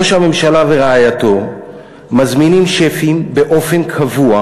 ראש הממשלה ורעייתו מזמינים באופן קבוע